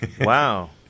Wow